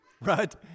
right